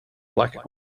black